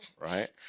right